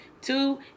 two